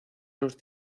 los